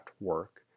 work